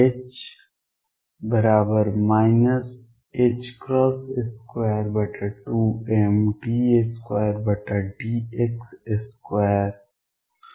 H 22md2dx2